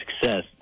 success